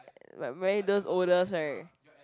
but mine those oldest right